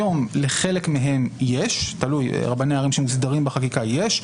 היום לחלק מהם יש, לרבני ערים שמוסדרים בחקיקה יש.